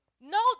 no